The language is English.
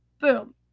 Boom